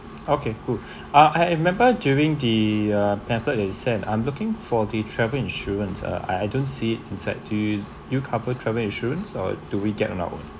okay cool uh I remember during the uh pamphlet it said I'm looking for the travel insurance uh I don't see it inside to you cover travel insurance or do we get it our own